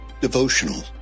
Devotional